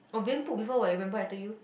oh put before [what] remember I told you